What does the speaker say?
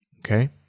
Okay